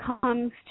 comes